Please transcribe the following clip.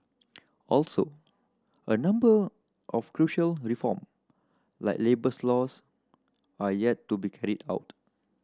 also a number of crucial reform like labours laws are yet to be carried out